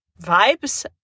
vibes